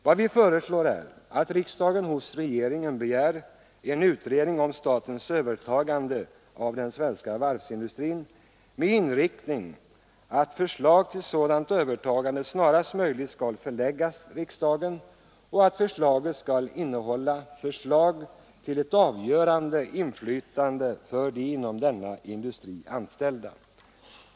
Vad vi föreslår är att riksdagen hos regeringen begär en utredning om statens övertagande av den svenska varvsindustrin med inriktning att förslag till sådant övertagande snarast möjligt skall föreläggas riksdagen och att förslaget skall innefatta förslag till ett avgörande inflytande för de inom denna industri anställda.